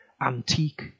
antique